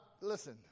listen